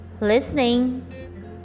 listening